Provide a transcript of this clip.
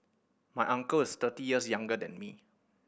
my uncle is thirty years younger than me